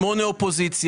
שמונה מן האופוזיציה.